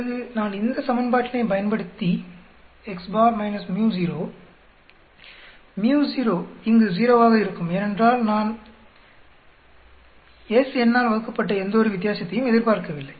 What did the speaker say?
பிறகு நான் இந்த சமன்பாட்டினை பயன்படுத்தி µ0 இங்கு ௦ ஆக இருக்கும் ஏனென்றால் நான் ஆல் வகுக்கப்பட்ட எந்த ஒரு வித்தியாசத்தையும் எதிர்பார்கவில்லை